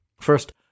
First